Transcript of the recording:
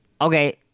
okay